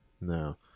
No